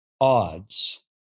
odds